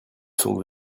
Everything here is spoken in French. sont